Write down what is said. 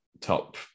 top